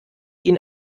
ihn